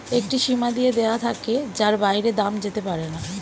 একটি সীমা দিয়ে দেওয়া থাকে যার বাইরে দাম যেতে পারেনা